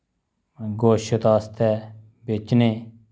गोशत आस्तै बेचने